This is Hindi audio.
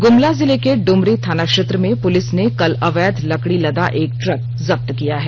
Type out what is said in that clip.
गुमला जिले के डुमरी थाना क्षेत्र में पुलिस ने कल अवैध लकड़ी लदा एक ट्रक जप्त किया है